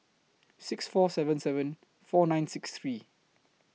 six four seven seven four nine six three